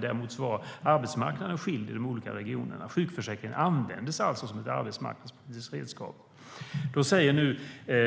Däremot var arbetsmarknaden skild i de olika regionerna, så sjukförsäkringen användes alltså som en arbetsmarknadspolitisk åtgärd.